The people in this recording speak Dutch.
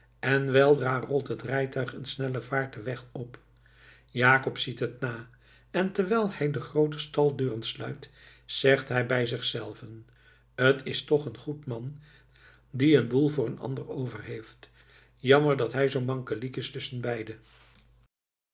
en weldra rolt het rijtuig in snelle vaart den weg op jacob ziet het na en terwijl hij de groote staldeuren sluit zegt hij bij zichzelven t is toch een goed man die een boel voor een ander overheeft jammer dat hij zoo mankeliek is